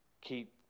keep